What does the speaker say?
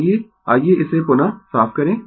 आइये आइये इसे पुनः साफ करें